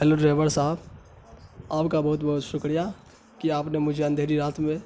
hello driver صاحب آپ کا بہت بہت شکریہ کہ آپ نے مجھے اندھیری رات میں